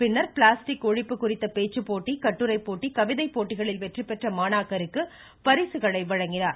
பின்னர் பிளாஸ்டிக் ஒழிப்பு குறித்த பேச்சுப்போட்டி கட்டுரைப்போட்டி கவிதை போட்டிகளில் வெற்றி பெற்ற மாணாக்கருக்கு பரிசுகளை வழங்கினார்